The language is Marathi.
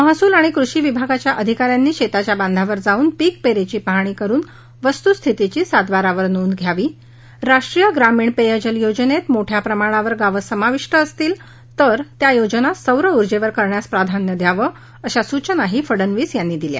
महसूल आणि कृषी विभागाच्या अधिकाऱ्यांनी शेताच्या बांधावर जाऊन पीक पेरेची पाहणी करुन वस्तुस्थितीची सातबारावर नोंद घ्यावी राष्ट्रीय ग्रामीण पेयजल योजनेत मोठ्या प्रमाणावर गावं समाविष्ट असतील तर त्या योजना सौर उर्जेवर करायला प्राधान्य द्यावं अशा सूचनाही फडनवीस यांनी दिल्या